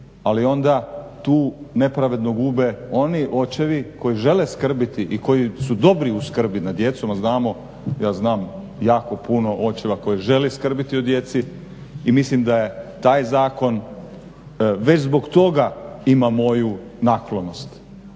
Ali onda tu nepravedno gube oni očevi koji žele skrbiti i koji su dobri u skrbi nad djecom, a znamo, ja znam jako puno očeva koji želi skrbiti o djeci i mislim da je taj zakon već zbog toga ima moju naklonost